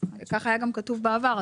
ככה היה גם כתוב בעבר,